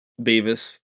Beavis